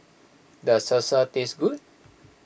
does Salsa taste good